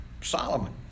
Solomon